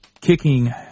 kicking